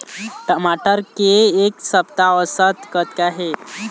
टमाटर के एक सप्ता औसत कतका हे?